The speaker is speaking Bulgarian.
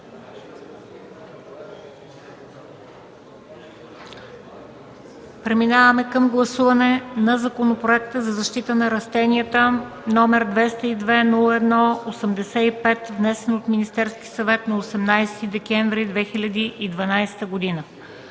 Преминаваме към гласуване на Законопроект за защита на растенията, № 202-01-85, внесен от Министерския съвет на 18 декември 2012 г.